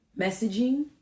messaging